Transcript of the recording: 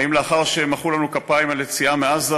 האם לאחר שמחאו לנו כפיים אומות העולם על היציאה מעזה,